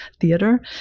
theater